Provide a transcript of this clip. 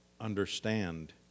understand